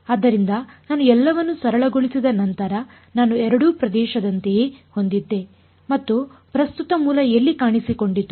ಆದ್ದರಿಂದ ನಾನು ಎಲ್ಲವನ್ನೂ ಸರಳಗೊಳಿಸಿದ ನಂತರ ನಾನು ಎರಡೂ ಪ್ರದೇಶದಂತೆಯೇ ಹೊಂದಿದ್ದೆ ಮತ್ತು ಪ್ರಸ್ತುತ ಮೂಲ ಎಲ್ಲಿ ಕಾಣಿಸಿಕೊಂಡಿತು